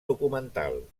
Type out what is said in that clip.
documental